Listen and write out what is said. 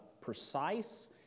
precise